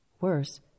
Worse